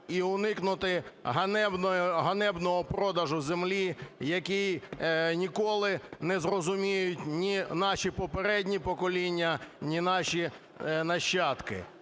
і уникнути ганебного продажу землі, який ніколи не зрозуміють ні наші попередні покоління, ні наші нащадки.